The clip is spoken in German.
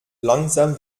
langsam